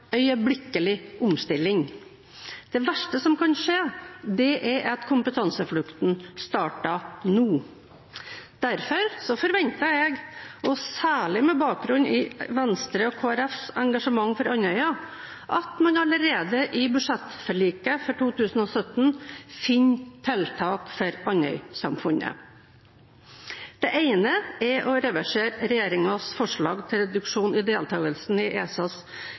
øyeblikkelig omstilling. Det verste som kan skje, er at kompetanseflukten starter nå. Derfor forventer jeg, særlig med bakgrunn i Venstres og Kristelig Folkepartis engasjement for Andøya, at man allerede i budsjettforliket for 2017 finner tiltak for Andøy-samfunnet. Det ene er å reversere regjeringens forslag til reduksjon i deltakelsen i ESAs